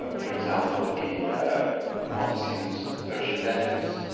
ah for example, in montesquieu's persian letters,